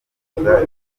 guhuza